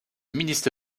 ministre